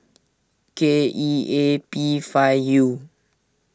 K E A P five U